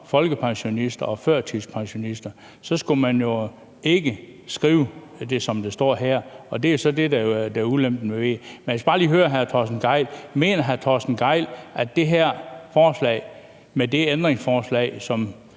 folkepensionister og førtidspensionister, skulle man jo ikke skrive det, som det står her. Det er jo så det, der er ulempen ved det. Jeg skal bare lige høre hr. Torsten Gejl: Mener hr. Torsten Gejl, at forslaget med deændringsforslag, som